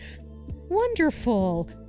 Wonderful